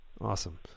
Awesome